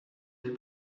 des